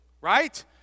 right